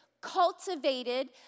cultivated